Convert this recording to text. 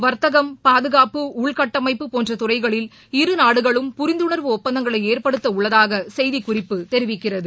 வர்த்தகம் பாதுகாப்பு உள்கட்டமைப்பு போன்ற துறைகளில் இருநாடுகளும் புரிந்துணர்வு ஒப்பந்தங்களை ஏற்படுத்தவுள்ளதாக செய்திக்குறிப்பு தெரிவிக்கிறது